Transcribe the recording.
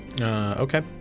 Okay